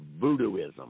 voodooism